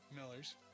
Miller's